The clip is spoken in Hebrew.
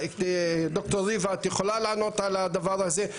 ד"ר ריבה, את יכולה לענות על הדבר הזה?